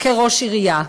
כראש עירייה.